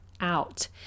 out